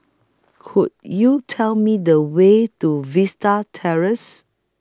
Could YOU Tell Me The Way to Vista Terrace